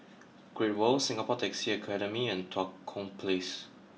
Great World Singapore Taxi Academy and Tua Kong Place